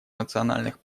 национальных